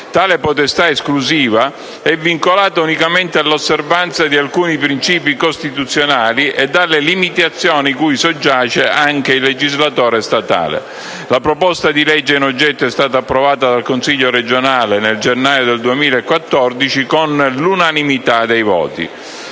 Tale potestà esclusiva è vincolata unicamente all'osservanza di alcuni principi costituzionali e alle limitazioni cui soggiace anche il legislatore statale. Il testo del disegno di legge in oggetto è stato approvato dal Consiglio regionale nel gennaio 2014 con l'unanimità dei voti.